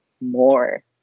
more